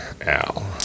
Al